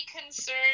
concern